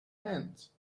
hands